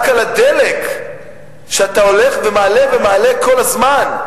רק על הדלק שאתה הולך ומעלה ומעלה כל הזמן,